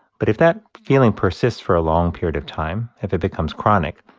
but if that feeling persists for a long period of time, if it becomes chronic,